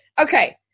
Okay